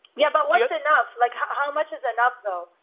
yeah but what's but enough, like how much is enough though?